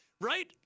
right